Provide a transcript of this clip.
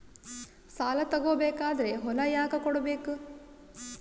ಸಾಲ ತಗೋ ಬೇಕಾದ್ರೆ ಹೊಲ ಯಾಕ ಕೊಡಬೇಕು?